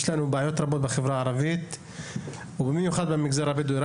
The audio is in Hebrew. ישנן בעיות רבות במערכת החינוך בחברה הערבית בכלל ובמגזר הבדואי בפרט.